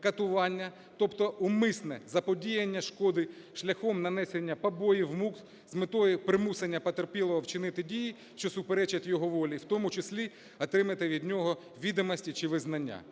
катування, тобто умисне заподіяння шкоди шляхом нанесення побоїв, мук з метою примушення потерпілого вчинити дії, що суперечить його волі, в тому числі отримати від нього відомості чи визнання;